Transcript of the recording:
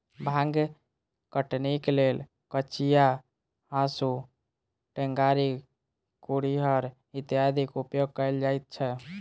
भांग कटनीक लेल कचिया, हाँसू, टेंगारी, कुरिहर इत्यादिक उपयोग कयल जाइत छै